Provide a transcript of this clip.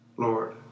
Lord